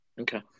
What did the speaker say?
okay